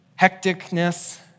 hecticness